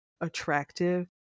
attractive